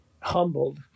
humbled